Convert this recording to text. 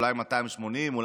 אולי 280,000,